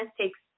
takes